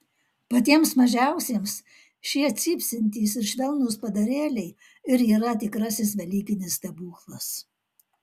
patiems mažiausiems šie cypsintys ir švelnūs padarėliai ir yra tikrasis velykinis stebuklas